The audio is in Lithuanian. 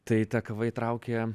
tai ta kava įtraukė